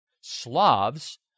Slavs